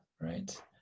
right